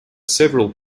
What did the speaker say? several